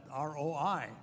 ROI